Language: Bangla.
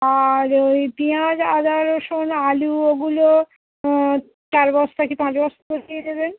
আর ওই পিঁয়াজ আদা রসুন আলু ওগুলো চার বস্তা কি পাঁচ বস্তা দিয়ে দেবেন